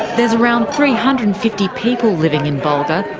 there's around three hundred and fifty people living in bulga,